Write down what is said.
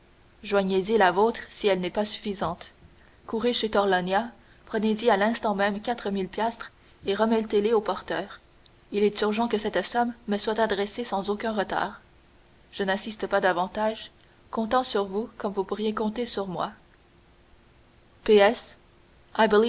joignez-y la vôtre si elle n'est pas suffisante courez chez torlonia prenez-y à l'instant même quatre mille piastres et remettez les au porteur il est urgent que cette somme me soit adressée sans aucun retard je n'insiste pas davantage comptant sur vous comme vous pourriez compter sur moi